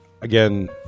again